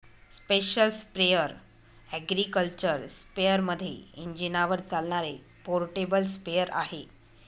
special sprayer agriculture स्पेअरमध्ये इंजिनावर चालणारे पोर्टेबल स्प्रेअर आहे